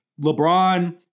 LeBron